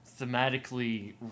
thematically